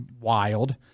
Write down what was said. wild